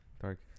dark